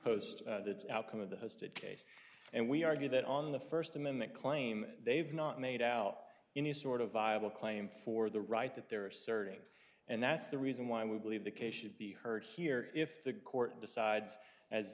post the outcome of the state case and we argue that on the first amendment claim they've not made out any sort of viable claim for the right that there are certain and that's the reason why we believe the case should be heard here if the court decides as